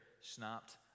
snapped